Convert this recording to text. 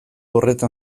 horretan